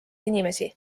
inimesi